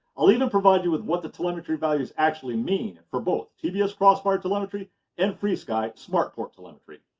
i'll even provide you with what the telemetry values actually mean for both tbs crossfire telemetry and frsky smart port telemetry.